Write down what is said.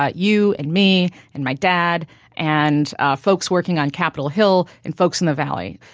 ah you and me and my dad and folks working on capitol hill and folks in the valley.